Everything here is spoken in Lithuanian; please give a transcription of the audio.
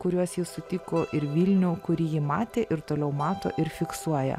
kuriuos ji sutiko ir vilnių kurį ji matė ir toliau mato ir fiksuoja